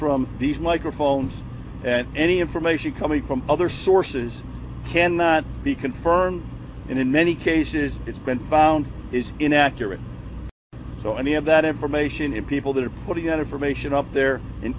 from these microphones and any information coming from other sources can be confirmed and in many cases it's been found is inaccurate so any of that information and people that are putting out information up there in